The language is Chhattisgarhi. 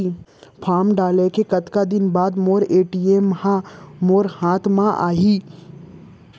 फॉर्म डाले के कतका दिन बाद मोर ए.टी.एम ह मोर हाथ म आही?